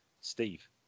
Steve